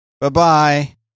Bye-bye